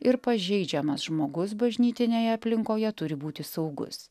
ir pažeidžiamas žmogus bažnytinėje aplinkoje turi būti saugus